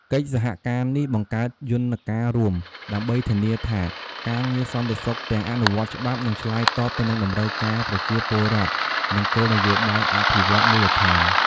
កិច្ចសហការនេះបង្កើតយន្តការរួម ដើម្បីធានាថាការងារសន្តិសុខទាំងអនុវត្តច្បាប់ និងឆ្លើយតបទៅនឹងតម្រូវការប្រជាពលរដ្ឋ និងគោលនយោបាយអភិវឌ្ឍន៍មូលដ្ឋាន។